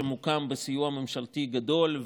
שמוקם בסיוע ממשלתי גדול,